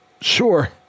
Sure